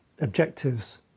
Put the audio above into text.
objectives